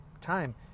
time